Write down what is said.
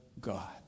God